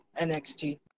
NXT